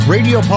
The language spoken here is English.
Radio